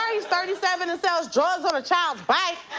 he's thirty seven and sells drugs on a child bike.